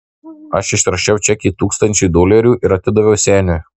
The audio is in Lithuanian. aš išrašiau čekį tūkstančiui dolerių ir atidaviau seniui